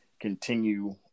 continue